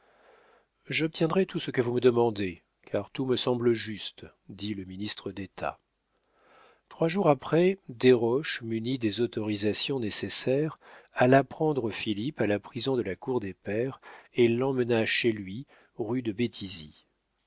j'obtiendrai tout ce que vous me demandez car tout me semble juste dit le ministre d'état trois jours après desroches muni des autorisations nécessaires alla prendre philippe à la prison de la cour des pairs et l'emmena chez lui rue de